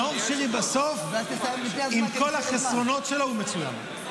נאור שירי, בסוף, עם כל החסרונות שלו הוא מצוין.